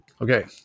Okay